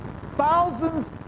Thousands